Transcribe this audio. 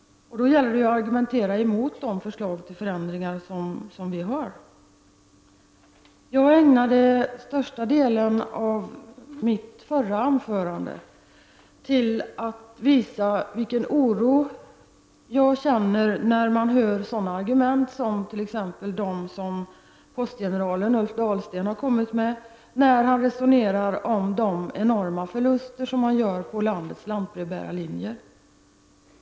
Då gäller det för er att argumentera emot de förslag till förändringar som vi har lagt fram. Jag ägnade största delen av mitt förra anförande åt att visa vilken oro jag känner när jag hör sådana argument som de som postgeneralen Ulf Dahlsten har fört fram, när han resonerar om de enorma förluster som görs på landets lantbrevbärarlinjer.